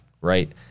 right